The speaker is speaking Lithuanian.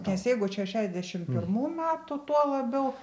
nes jeigu čia šešiasdešim pirmų metų tuo labiau